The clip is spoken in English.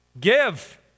give